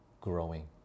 growing